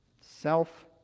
self